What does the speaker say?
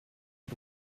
had